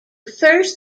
first